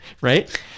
Right